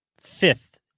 fifth